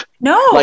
no